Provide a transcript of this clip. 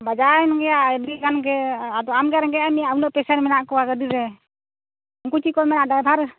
ᱵᱟᱡᱟᱣᱮᱱ ᱜᱮᱭᱟ ᱟᱹᱰᱤ ᱜᱟᱱ ᱜᱮ ᱟᱫᱚ ᱟᱢ ᱜᱮ ᱨᱮᱸᱜᱮᱡ ᱮᱫ ᱢᱮᱭᱟ ᱩᱱᱟᱹᱜ ᱯᱮᱥᱮᱱᱴ ᱢᱮᱱᱟᱜ ᱠᱚᱣᱟ ᱜᱟᱹᱰᱤ ᱨᱮ ᱩᱱᱠᱩ ᱪᱮᱫ ᱠᱚ ᱢᱮᱱᱟᱜ ᱰᱟᱭᱵᱷᱟᱨ